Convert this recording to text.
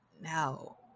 no